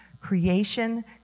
creation